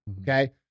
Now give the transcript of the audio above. Okay